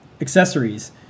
accessories